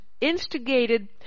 instigated